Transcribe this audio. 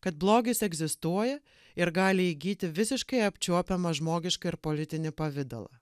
kad blogis egzistuoja ir gali įgyti visiškai apčiuopiamą žmogišką ir politinį pavidalą